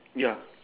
ya